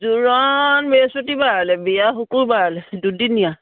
জোৰণ বিহস্পতিবাৰলৈ বিয়া শুকুৰবাৰলৈ দুদিনীয়া